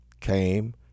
came